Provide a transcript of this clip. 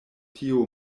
tio